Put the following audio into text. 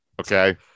Okay